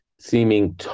seeming